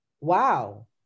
wow